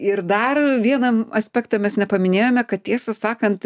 ir dar vieną aspektą mes nepaminėjome kad tiesą sakant